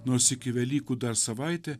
nors iki velykų dar savaitė